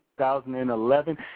2011